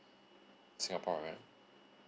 singaporean